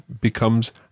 becomes